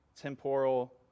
temporal